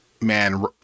Man